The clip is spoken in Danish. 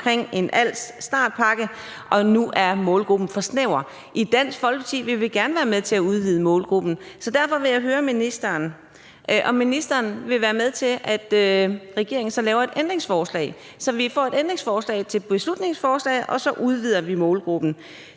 omkring en als-startpakke – og nu er målgruppen for snæver. I Dansk Folkeparti vil vi gerne være med til at udvide målgruppen, så derfor vil jeg høre ministeren, om ministeren vil være med til, at regeringen så laver et ændringsforslag, så vi får et ændringsforslag til beslutningsforslaget, og så vi udvider målgruppen.